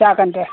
जागोन दे